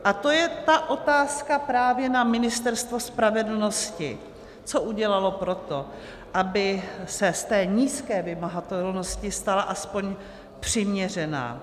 A to je ta otázka právě na Ministerstvo spravedlnosti, co udělalo pro to, aby se z té nízké vymahatelnosti stala aspoň přiměřená.